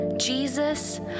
Jesus